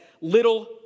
little